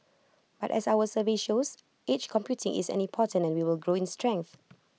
but as our survey shows edge computing is any important and will grow in strength